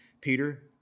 Peter